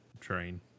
train